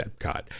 Epcot